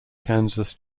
kansas